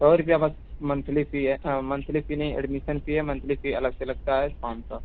सौ रुपया बस मंथली फी है मंथली फी नहीं एडमिशन फी है मंथली फी अलग से लगता है पाँच सौ